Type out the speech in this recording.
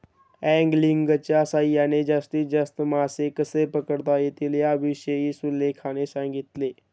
अँगलिंगच्या सहाय्याने जास्तीत जास्त मासे कसे पकडता येतील याविषयी सुलेखाने सांगितले